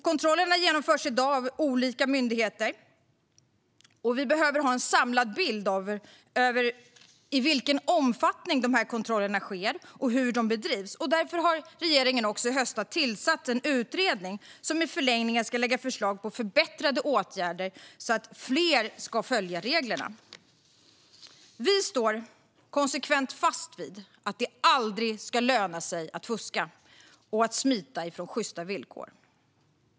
Kontrollerna genomförs i dag av olika myndigheter, och vi behöver ha en samlad bild av i vilken omfattning kontrollerna sker och hur de bedrivs. Därför tillsatte regeringen i höstas en utredning som i förlängningen ska lägga fram förslag till förbättrade åtgärder för att fler ska följa reglerna. Vi står konsekvent fast vid att det aldrig ska löna sig att fuska och att smita från sjysta villkor.